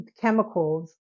chemicals